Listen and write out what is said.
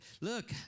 look